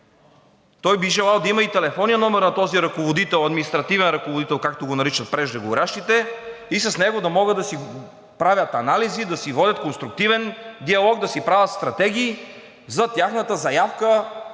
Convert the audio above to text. той би желал да има и телефонния номер на този административен ръководител, както го наричат преждеговорившите, и с него да могат да си правят анализи, да си водят конструктивен диалог, да си правят стратегии за тяхната заявка